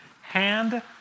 hand